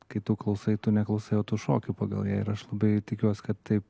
kai tu klausai tu neklausai o tu šoki pagal ją ir aš labai tikiuos kad taip